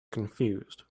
confused